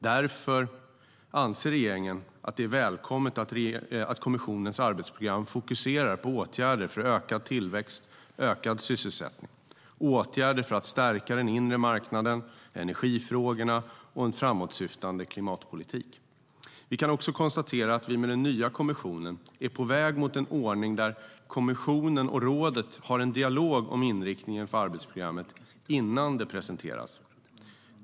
Därför anser regeringen att det är välkommet att kommissionens arbetsprogram fokuserar på åtgärder för ökad tillväxt och ökad sysselsättning, åtgärder för att stärka den inre marknaden, energifrågorna och en framåtsyftande klimatpolitik. Vi kan också konstatera att vi med den nya kommissionen är på väg mot en ordning där kommissionen och rådet har en dialog om inriktningen för arbetsprogrammet innan det presenteras.